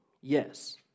Yes